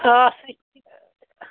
آ سۄ تہِ